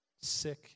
sick